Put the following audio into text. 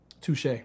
Touche